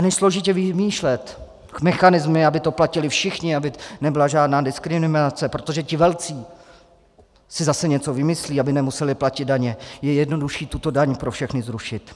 Než složitě vymýšlet mechanismy, aby to platili všichni, aby nebyla žádná diskriminace, protože ti velcí si zase něco vymyslí, aby nemuseli platit daně, je jednodušší tuto daň pro všechny zrušit.